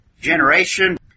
generation